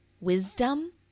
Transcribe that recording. wisdom